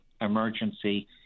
emergency